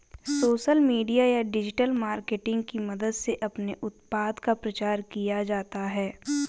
social media या digital marketing की मदद से अपने उत्पाद का प्रचार किया जाता है